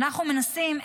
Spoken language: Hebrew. אנחנו מנסים,